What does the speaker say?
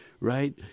right